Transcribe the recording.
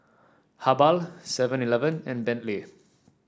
habhal Seven Eleven and Bentley